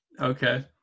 Okay